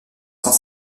cent